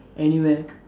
anywhere